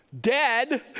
dead